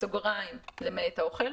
בסוגריים: למעט הטעימות.